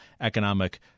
economic